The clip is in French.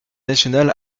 national